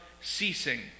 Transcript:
ceasing